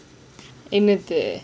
என்னத்த:ennattha